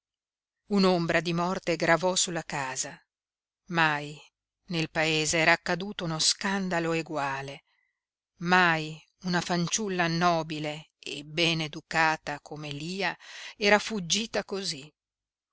un'ombra di morte gravò sulla casa mai nel paese era accaduto uno scandalo eguale mai una fanciulla nobile e beneducata come lia era fuggita cosí